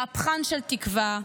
מהפכן של תקווה.